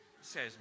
says